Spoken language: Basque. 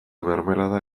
mermelada